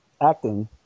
acting